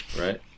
right